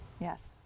yes